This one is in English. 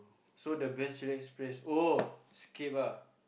so the best chillax place oh Scape ah